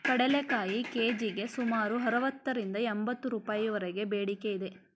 ಕಡಲೆಕಾಯಿ ಕೆ.ಜಿಗೆ ಸುಮಾರು ಅರವತ್ತರಿಂದ ಎಂಬತ್ತು ರೂಪಾಯಿವರೆಗೆ ಬೇಡಿಕೆ ಇದೆ